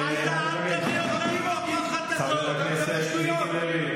אתה מדבר שטויות.